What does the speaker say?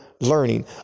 learning